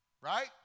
Right